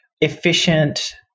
efficient